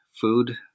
food